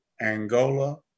Angola